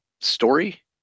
story